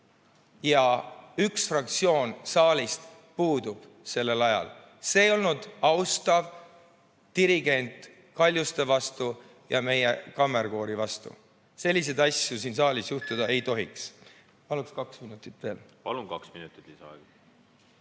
ja üks fraktsioon saalist puudub sellel ajal. See ei olnud austav dirigent Kaljuste vastu ja meie kammerkoori vastu. Selliseid asju siin saalis juhtuda ei tohiks. Paluks kaks minutit veel! Palun, kaks minutit lisaaega.